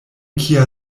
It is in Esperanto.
kia